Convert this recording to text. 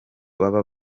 baba